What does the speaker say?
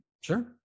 Sure